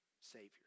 Savior